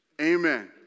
Amen